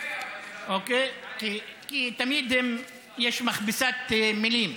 כי תמיד יש מכבסת מילים.